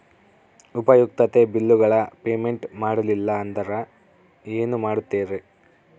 ಉಪಯುಕ್ತತೆ ಬಿಲ್ಲುಗಳ ಪೇಮೆಂಟ್ ಮಾಡಲಿಲ್ಲ ಅಂದರೆ ಏನು ಮಾಡುತ್ತೇರಿ?